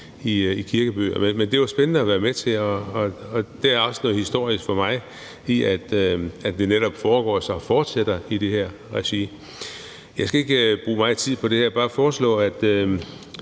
i kirkebøgerne, men det var spændende at være med til, og der er også noget historisk for mig i, at det netop fortsætter i det her regi. Jeg skal ikke bruge meget tid her, men bare fortælle, at